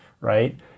right